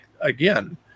again